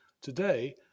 Today